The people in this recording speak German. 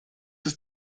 ist